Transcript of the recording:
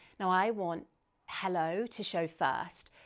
now i want hello to show first.